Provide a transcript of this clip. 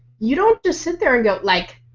you don't just sit there and go, like,